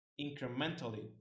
incrementally